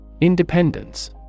Independence